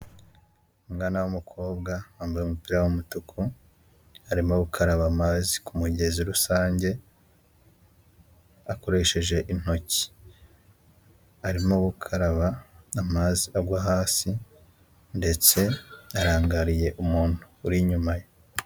Umwana w'umukobwa wambaye umupira w'umutuku arimo gukaraba amazi ku mugezi rusange akoresheje intoki. Arimo gukaraba amazi agwa hasi ndetse arangariye umuntu uri inyuma ye.